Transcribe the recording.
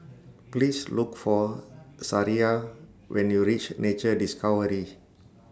Please Look For Sariah when YOU REACH Nature Discovery